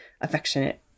affectionate